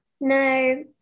no